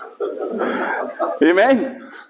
Amen